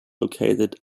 located